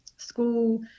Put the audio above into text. school